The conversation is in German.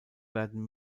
werden